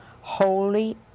holy